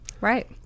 right